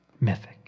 Mythic